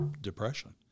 Depression